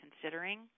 considering